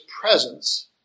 presence